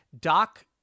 doc